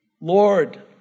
Lord